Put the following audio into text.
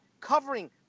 covering